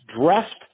dressed –